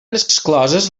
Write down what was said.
excloses